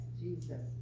Jesus